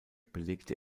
belegte